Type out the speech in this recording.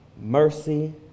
mercy